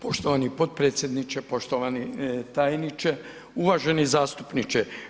Poštovani potpredsjedniče, poštovani tajniče, uvaženi zastupniče.